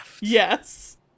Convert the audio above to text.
Yes